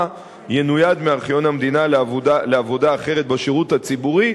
ינויד מארכיון המדינה לעבודה אחרת בשירות הציבורי,